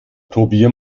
probier